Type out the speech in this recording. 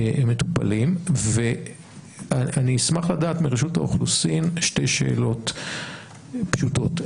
שמטופלים ואני אשמח לדעת מרשות האוכלוסין שתי שאלות פשוטות.